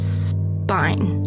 spine